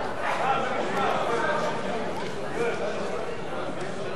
רע"ם-תע"ל בל"ד להביע אי-אמון בממשלה